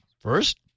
First